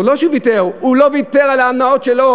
לא שהוא ויתר, הוא לא ויתר על ההנאות שלו.